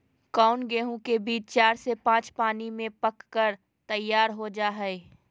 कौन गेंहू के बीज चार से पाँच पानी में पक कर तैयार हो जा हाय?